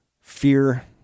fear